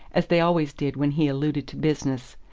as they always did when he alluded to business.